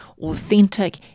authentic